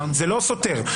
זה לא סותר.